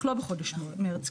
אנחנו לא בחודש מרץ,